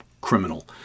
criminal